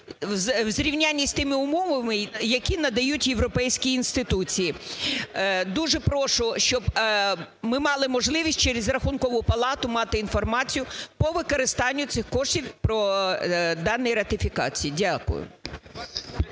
у зрівнянні з тими умовами, які надають європейські інституції. Дуже прошу, щоб ми мали можливість через Рахункову палату мати інформацію по використанню цих коштів по даній ратифікації. Дякую.